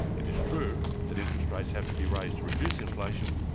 it is true that interest rates have to be raised to reduce inflation,